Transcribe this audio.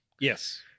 Yes